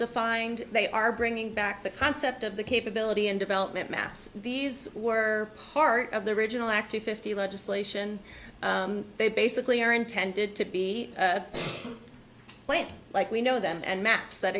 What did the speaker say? defined they are bringing back the concept of the capability and development maps these were part of the original active fifty legislation they basically are intended to be a plant like we know them and maps that